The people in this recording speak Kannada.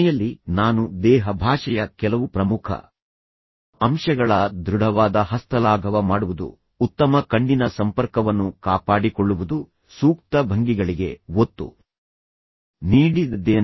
ಕೊನೆಯಲ್ಲಿ ನಾನು ದೇಹ ಭಾಷೆಯ ಕೆಲವು ಪ್ರಮುಖ ಅಂಶಗಳಾದ ದೃಢವಾದ ಹಸ್ತಲಾಘವ ಮಾಡುವುದು ಉತ್ತಮ ಕಣ್ಣಿನ ಸಂಪರ್ಕವನ್ನು ಕಾಪಾಡಿಕೊಳ್ಳುವುದು ಸೂಕ್ತ ಭಂಗಿಗಳಿಗೆ ಒತ್ತು ನೀಡಿದ್ದೇನೆ